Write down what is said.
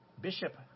Bishop